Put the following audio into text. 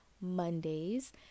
Mondays